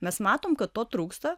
mes matom kad to trūksta